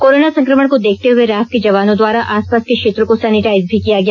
corona संक्रमण को देखते हए रैफ के जवानों द्वारा आसपास के क्षेत्रों को सेनीटाइज भी किया गया